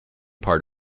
part